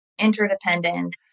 interdependence